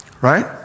right